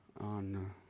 on